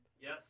Yes